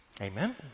Amen